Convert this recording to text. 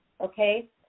okay